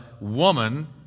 woman